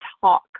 talk